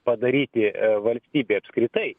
padaryti valstybėj apskritai